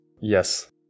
Yes